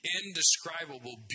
indescribable